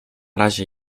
razie